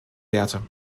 werte